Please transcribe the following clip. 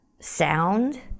sound